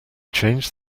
change